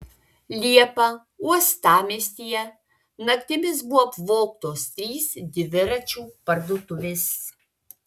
liepą uostamiestyje naktimis buvo apvogtos trys dviračių parduotuvės